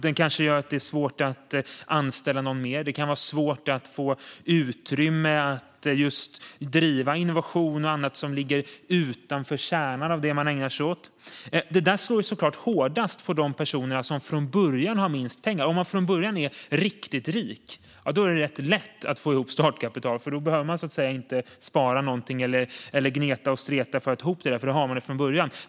Det kan vara svårt att anställa någon mer. Det kan vara svårt att få utrymme att driva innovation som ligger utanför kärnan av det man ägnar sig åt. Detta slår självfallet hårdast mot de personer som från början har minst pengar. Om man från början är riktigt rik är det ganska lätt att få ihop startkapital, eftersom man inte behöver spara något eller streta och gneta för att få ihop detta. Man har det från början.